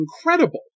incredible